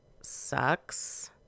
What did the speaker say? sucks